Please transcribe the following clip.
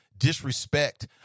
disrespect